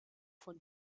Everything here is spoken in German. von